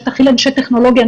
אנשי טכנולוגיה,